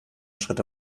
schritte